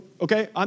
Okay